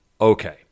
okay